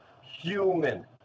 human